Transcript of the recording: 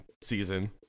season